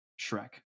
Shrek